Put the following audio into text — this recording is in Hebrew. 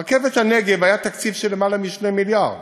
רכבת הנגב, היה תקציב של למעלה מ-2 מיליארד